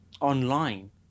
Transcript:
online